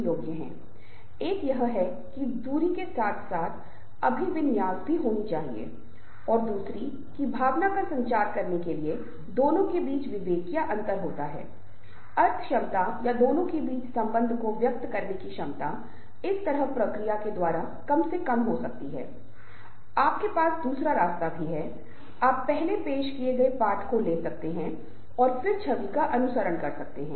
हो सकता है समूह के सदस्य कल तक एक दूसरे के साथ बात नहीं कर रहे थे लेकिन जिस पल समूह का गठन किया जाता है आपको तुरंत पता चल जाता है किसी प्रकार की चिंता होने से सदस्यों में चिंता पैदा होती है और वे बहुत करीब महसूस करते हैं और बातचीत करना शुरू कर देते हैं और वे बहुत खुले हो जाते हैं